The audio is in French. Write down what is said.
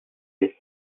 les